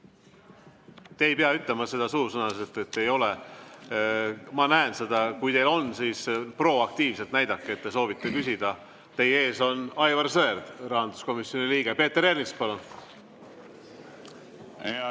Te ei pea ütlema seda suusõnaliselt, et ei ole. Ma näen seda. Kui teil on, siis proaktiivselt näidake, et te soovite küsida. Teie ees on Aivar Sõerd, rahanduskomisjoni liige. Peeter Ernits, palun!